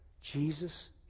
Jesus